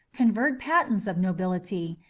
conferred patents of nobility,